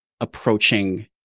approaching